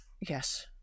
Yes